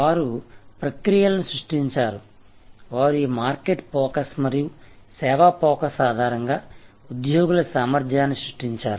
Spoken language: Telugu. వారు ప్రక్రియలను సృష్టించారు వారు ఈ మార్కెట్ ఫోకస్ మరియు సేవా ఫోకస్ ఆధారంగా ఉద్యోగుల సామర్థ్యాన్ని సృష్టించారు